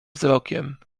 wzrokiem